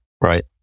Right